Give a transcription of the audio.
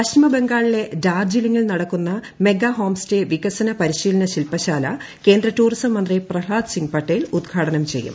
പശ്ചിമബംഗാളിലെ ഡാർജിലിങ്ങിൽ നടക്കുന്ന മെഗാ ഹോം സ്റ്റേ വികസന പരിശീലന ശില്പശാല കേന്ദ്ര ടൂറിസം മന്ത്രി പ്രഹ്ളാദ് സിങ് പട്ടേൽ ഉദ്ഘാടനം ചെയ്യും